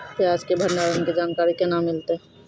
प्याज के भंडारण के जानकारी केना मिलतै?